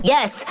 Yes